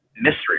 mystery